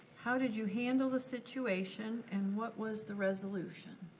how did you handle the situation and what was the resolution?